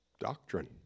doctrine